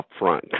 upfront